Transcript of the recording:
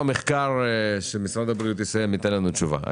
המחקר של משרד הבריאות שיסתיים ייתן לנו תשובה.